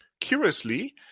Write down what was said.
Curiously